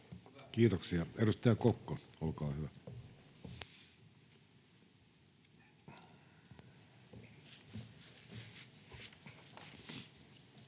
Kiitoksia. — Edustaja Kokko, olkaa hyvä.